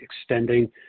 extending